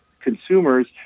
consumers